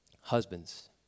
husbands